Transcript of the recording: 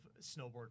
snowboard